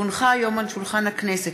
כי הונחו היום על שולחן הכנסת,